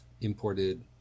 imported